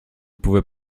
pouvais